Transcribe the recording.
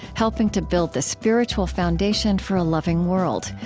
helping to build the spiritual foundation for a loving world.